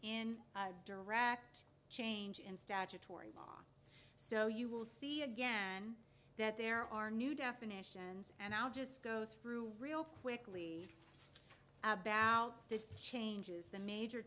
in direct change in statutory so you will see again that there are new definitions and i'll just go through real quickly about the changes the major